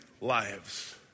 lives